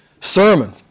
sermon